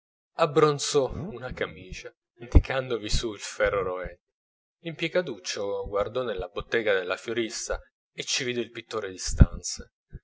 troppo abbronzò una camicia dimenticandovi su il ferro rovente l'impiegatuccio guardò nella bottega della fiorista e ci vide il pittore di stanze